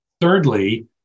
Thirdly